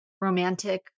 romantic